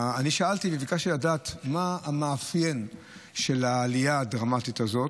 אני שאלתי וביקשתי לדעת מה המאפיינים של העלייה הדרמטית הזאת.